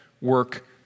work